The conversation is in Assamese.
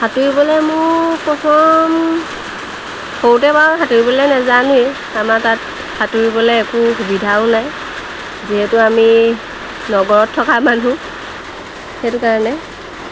সাঁতুৰিবলৈ মোক প্ৰথম সৰুতে বাৰু সাঁতুৰিবলৈ নেজানোৱেই আমাৰ তাত সাঁতুৰিবলৈ একো সুবিধাও নাই যিহেতু আমি নগৰত থকা মানুহ সেইটো কাৰণে